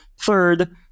third